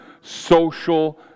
social